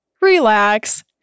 relax